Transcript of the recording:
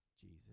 Jesus